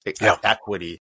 equity